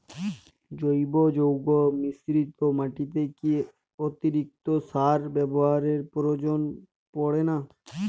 জৈব যৌগ মিশ্রিত মাটিতে কি অতিরিক্ত সার ব্যবহারের প্রয়োজন পড়ে না?